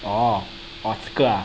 orh orh 这个 ah